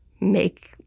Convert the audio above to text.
make